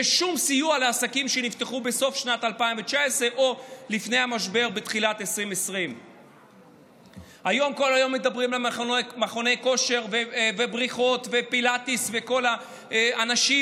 ושום סיוע לעסקים שנפתחו בסוף שנת 2019 או לפני המשבר בתחילת 2020. היום כל היום מדברים על מכוני כושר ובריכות ופילאטיס וכל האנשים,